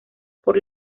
por